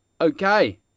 Okay